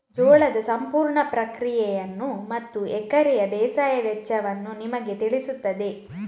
ಜೋಳದ ಸಂಪೂರ್ಣ ಪ್ರಕ್ರಿಯೆಯನ್ನು ಮತ್ತು ಎಕರೆಗೆ ಬೇಸಾಯದ ವೆಚ್ಚವನ್ನು ನಿಮಗೆ ತಿಳಿಸುತ್ತದೆ